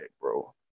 bro